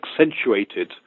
accentuated